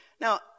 Now